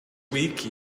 week